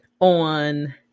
on